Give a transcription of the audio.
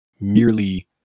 merely